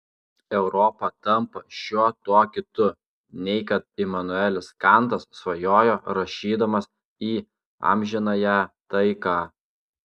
europa tampa šiuo tuo kitu nei kad imanuelis kantas svajojo rašydamas į amžinąją taiką